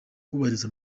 kubahiriza